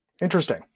Interesting